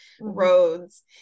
roads